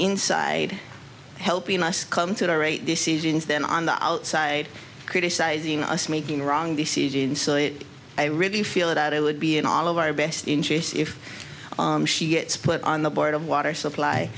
inside helping us come to our aid decisions than on the outside criticizing us making the wrong decision so i really feel it out it would be in all of our best interests if she gets put on the board of water supply